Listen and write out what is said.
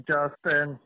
Justin